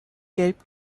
gelb